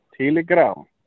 Telegram